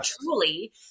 truly